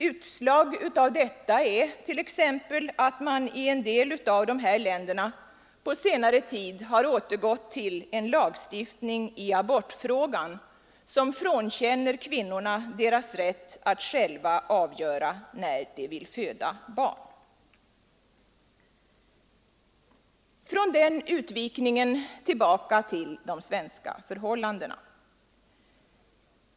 Utslag av detta är t.ex. att man i en del av dessa länder på senare tid har återgått till en lagstiftning i abortfrågan, som frånkänner kvinnorna deras rätt att själva avgöra när de vill föda barn. Från denna utvikning går jag sedan tillbaka till de svenska förhållandena.